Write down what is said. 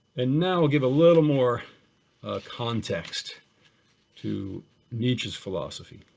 and now i'll give a little more context to nietzsche's philosophy.